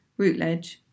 Rootledge